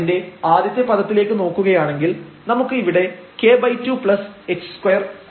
അതിന്റെ ആദ്യത്തെ പദത്തിലേക്ക് നോക്കുകയാണെങ്കിൽ നമുക്ക് ഇവിടെ k2h22 ഉണ്ട്